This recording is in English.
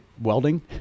welding